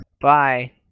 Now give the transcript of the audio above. Bye